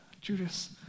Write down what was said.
Judas